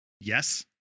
yes